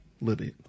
living